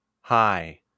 Hi